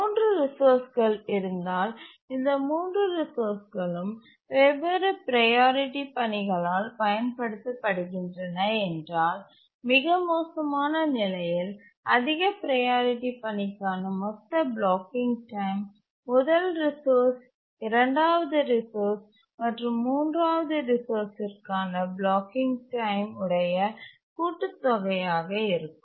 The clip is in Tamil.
மூன்று ரிசோர்ஸ்கள் இருந்தால் இந்த மூன்று ரிசோர்ஸ்களும் வெவ்வேறு ப்ரையாரிட்டி பணிகளால் பயன்படுத்தப்படுகின்றன என்றால் மிக மோசமான நிலையில் அதிக ப்ரையாரிட்டி பணிக்கான மொத்த பிளாக்கிங் டைம் முதல் ரிசோர்ஸ் இரண்டாவது ரிசோர்ஸ் மற்றும் மூன்றாவது ரிசோர்ஸ் த்திற்கான பிளாக்கிங் டைம் உடைய கூட்டுத் தொகையாக இருக்கும்